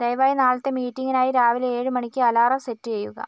ദയവായി നാളത്തെ മീറ്റിംഗിനായി രാവിലെ ഏഴ് മണിക്ക് അലാറം സെറ്റ് ചെയ്യുക